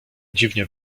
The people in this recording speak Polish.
dziwnie